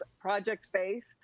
project-based